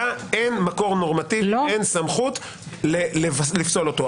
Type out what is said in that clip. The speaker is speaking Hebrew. אין מקור נורמטיבי ואין סמכות לפסול אותו.